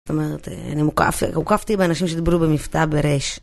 אני מוקף, הוקפתי באנשים שדיברו במבטא ברייש